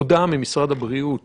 הודעה ממשרד הבריאות